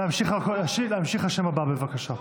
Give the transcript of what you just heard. לא, לא, להמשיך לשם הבא, בבקשה.